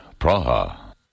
Praha